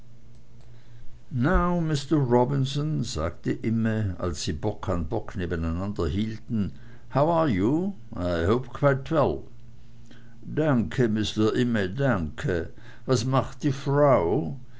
mister robinson sagte imme als sie bock an bock nebeneinander hielten how are you i hope quite well danke mister imme danke was macht die frau